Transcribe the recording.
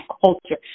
culture